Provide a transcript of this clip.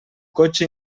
cotxe